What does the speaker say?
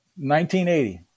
1980